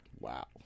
Wow